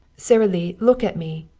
sara lee, look at me!